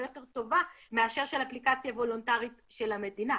יותר טובה מאשר של אפליקציה וולונטרית של המדינה.